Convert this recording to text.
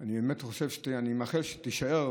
אני מאחל שתישאר